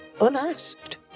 unasked